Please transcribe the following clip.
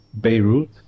Beirut